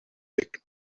back